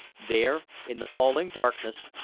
there, in the falling darkness,